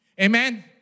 Amen